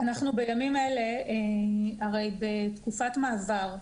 אנחנו בימים אלה הרי בתקופת מעבר,